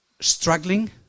Struggling